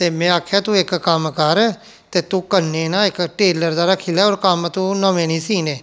ते में आखेआ तू इक कम्म कर ते तू कन्नै ना इक टेलर दा रक्खी ले होर कम्म तू नमें निं सीऽने